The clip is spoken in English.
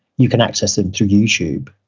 you can access them through youtube.